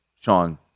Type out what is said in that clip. Sean